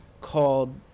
called